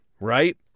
right